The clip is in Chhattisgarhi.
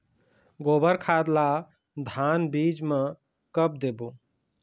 गोबर खाद ला धान बीज म कब देबो?